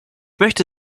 möchte